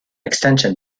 extension